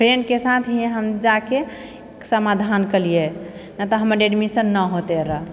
फ्रेन्ड्सके साथ ही हम जाकऽ समाधान केलिए नहि तऽ हमर एडमिशन नहि होते रहै